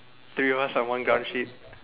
three people on one ground sheet